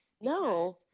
no